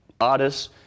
artists